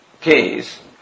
case